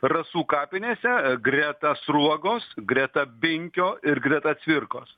rasų kapinėse greta sruogos greta binkio ir greta cvirkos